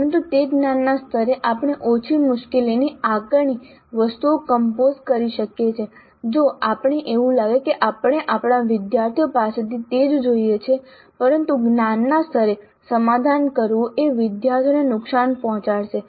પરંતુ તે જ્ઞાનના સ્તરે આપણે ઓછી મુશ્કેલીની આકારણી વસ્તુઓ કંપોઝ કરી શકીએ છીએ જો આપણને એવું લાગે કે આપણને આપણા વિદ્યાર્થીઓ પાસેથી તે જ જોઈએ છે પરંતુ જ્ઞાનના સ્તરે સમાધાન કરવું એ વિદ્યાર્થીઓને નુકસાન પહોંચાડશે